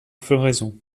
floraison